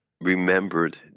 remembered